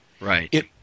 Right